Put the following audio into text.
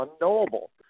unknowable